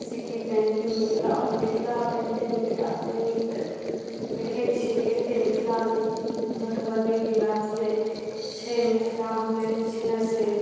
सिक्की painting आओर Mithila painting Mithila painting तऽ देखै छियै कतेक मिथिला मधुबनी जिला से छै मिथिला हम्मे जे छै नऽ से